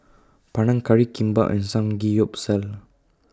Panang Curry Kimbap and Samgeyopsal